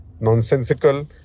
nonsensical